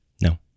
No